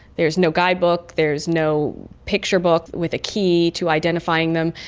there's no guidebook, there's no picture book with a key to identifying them.